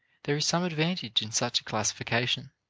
there is some advantage in such a classification.